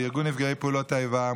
לארגון נפגעי פעולות האיבה,